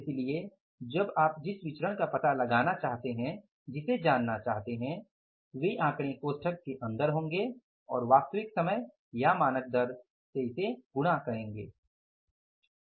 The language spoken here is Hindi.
इसलिए जो आप जिस विचरण का पता लगाना चाहते हैं जिसे जानना चाहते हैं कि वे आंकड़े कोष्ठक के अंदर होंगे और वास्तविक समय या मानक दर से गुणा होंगे